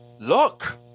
look